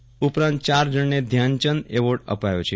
આ ઉપરાંત ચાર જજ્ઞાને ધ્યાનચંદ એવોર્ડ અપાયો છે